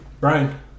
Brian